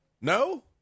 No